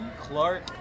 Clark